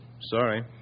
Sorry